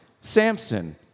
Samson